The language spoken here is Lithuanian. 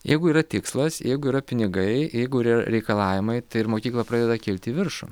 jeigu yra tikslas jeigu yra pinigai jeigu yr reikalavimai tai ir mokykla pradeda kilti į viršų